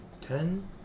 ten